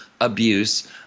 abuse